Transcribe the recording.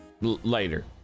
later